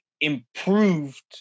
improved